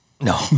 No